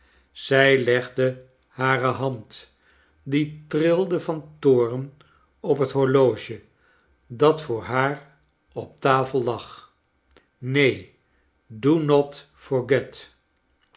zij legde hare hand die trilde van toorn op het horloge dat voor haar op tafel lag neen do not forget